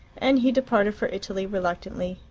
and he departed for italy reluctantly,